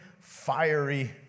fiery